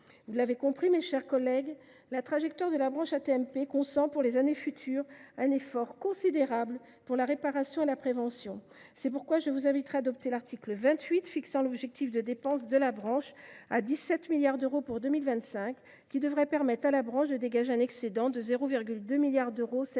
Vous l’avez compris, mes chers collègues : la trajectoire de la branche AT MP marque, pour les années futures, un effort considérable pour la réparation et la prévention. C’est pourquoi je vous inviterai à adopter l’article 28 fixant l’objectif de dépenses de la branche à 17 milliards d’euros pour 2025, afin de dégager un excédent de 200 millions d’euros.